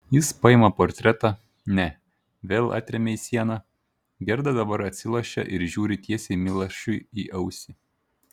jis paima portretą ne vėl atremia į sieną gerda dabar atsilošia ir žiūri tiesiai milašiui į ausį